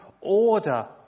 order